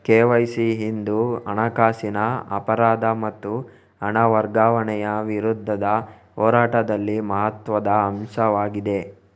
KYC ಇಂದು ಹಣಕಾಸಿನ ಅಪರಾಧ ಮತ್ತು ಹಣ ವರ್ಗಾವಣೆಯ ವಿರುದ್ಧದ ಹೋರಾಟದಲ್ಲಿ ಮಹತ್ವದ ಅಂಶವಾಗಿದೆ